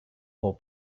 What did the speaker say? whole